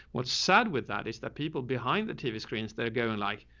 what's sad with that is that people behind the tv screens, they're going like.